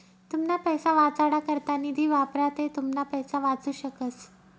तुमना पैसा वाचाडा करता निधी वापरा ते तुमना पैसा वाचू शकस